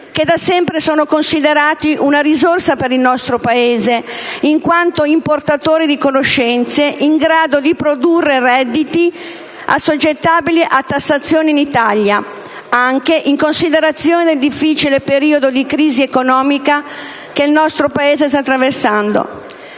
che da sempre è considerata una risorsa per il nostro Paese, in quanto "importatori" di conoscenze in grado di produrre redditi assoggettabili a tassazione in Italia, anche in considerazione del difficile periodo di crisi economica che il nostro Paese sta attraversando.